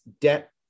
debt